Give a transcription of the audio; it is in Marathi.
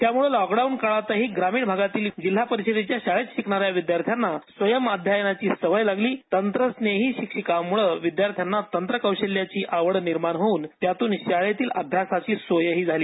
त्यामुळे लॉकडाऊन काळातही ग्रामीण भागातील जिल्हा परिषदेच्या शाळेत शिकणाऱ्या विद्यार्थ्यांना स्वयंम अध्ययनाची सवय लागली तंत्रस्नेही शिक्षिकांमुळे विद्यार्थ्यांना तंत्र कौशल्याची आवड निर्माण होऊन त्यातून शाळेतील अभ्यासाची सोयही झाली